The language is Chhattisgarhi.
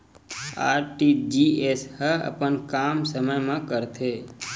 आर.टी.जी.एस ह अपन काम समय मा करथे?